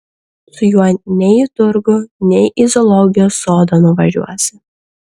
su juo nei į turgų nei į zoologijos sodą nuvažiuosi